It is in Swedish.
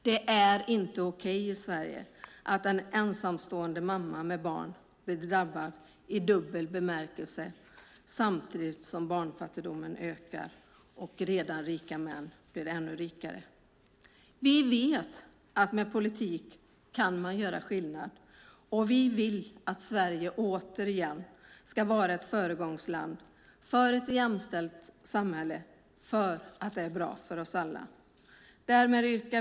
Det är inte okej i Sverige att en ensamstående mamma med barn blir drabbad i dubbel bemärkelse samtidigt som barnfattigdomen ökar och redan rika män blir ännu rikare. Vi vet att man kan göra skillnad med politik, och vi vill att Sverige återigen ska vara ett föregångsland för ett jämställt samhälle för att det är bra för oss alla.